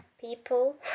people